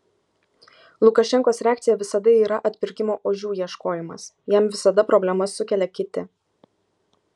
lukašenkos reakcija visada yra atpirkimo ožių ieškojimas jam visada problemas sukelia kiti